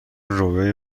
رویای